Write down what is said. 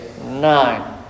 nine